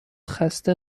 خسته